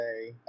okay